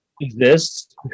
exists